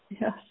Yes